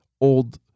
old